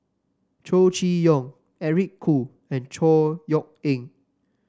Chow Chee Yong Eric Khoo and Chor Yeok Eng